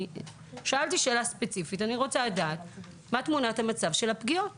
אני רוצה לדעת: מהי תמונת המצב של הפגיעות